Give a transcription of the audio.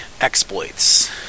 exploits